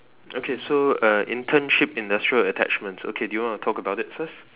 okay so uh internship industrial attachments okay do you want to talk about it first